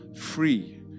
free